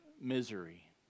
misery